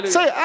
Say